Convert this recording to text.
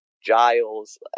Giles